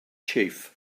chief